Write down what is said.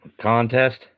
contest